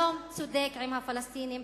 שלום צודק עם הפלסטינים.